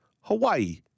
Hawaii